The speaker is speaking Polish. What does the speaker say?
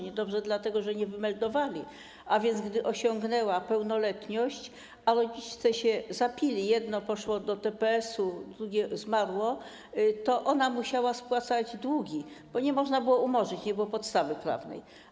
Niedobrze dlatego, że nie wymeldowali jej, a więc gdy osiągnęła pełnoletność, a rodzice się zapili, jedno poszło do DPS-u, drugie zmarło, to ona musiała spłacać długi, bo nie można było umorzyć, nie było podstawy prawnej.